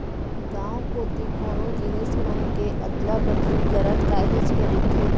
गाँव कोती कोनो जिनिस मन के अदला बदली करत काहेच के दिखथे